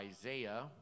Isaiah